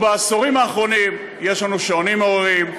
בעשורים האחרונים יש לנו שעונים מעוררים,